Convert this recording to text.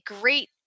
great